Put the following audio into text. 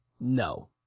No